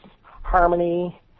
harmony